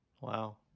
Wow